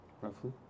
Roughly